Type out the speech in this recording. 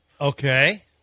Okay